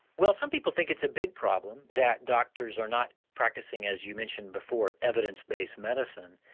well some people think it's a big problem that doctors are not practising as you mentioned before evidence based medicine.